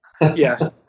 Yes